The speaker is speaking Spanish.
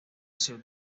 taylor